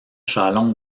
chalon